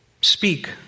Speak